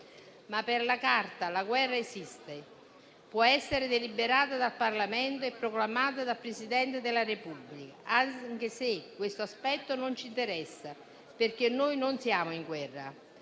Ma per la Carta la guerra esiste, può essere deliberata dal Parlamento e proclamata dal Presidente della Repubblica, anche se questo aspetto non ci interessa, perché noi non siamo in guerra.